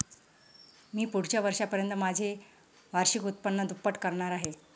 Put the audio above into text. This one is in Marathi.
मी पुढच्या वर्षापर्यंत माझे वार्षिक उत्पन्न दुप्पट करणार आहे